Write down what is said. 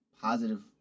positive